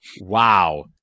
wow